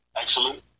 Excellent